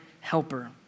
helper